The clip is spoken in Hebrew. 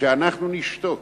אנחנו נשתוק.